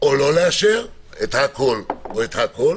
או לא לאשר, את הכול או הכול,